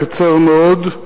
אני אקצר מאוד.